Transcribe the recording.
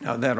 that